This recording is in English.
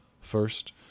First